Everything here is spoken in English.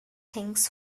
things